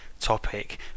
topic